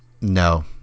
No